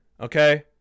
Okay